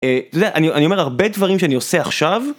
אה, אתה יודע, אני אומר הרבה דברים שאני עושה עכשיו.